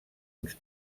uns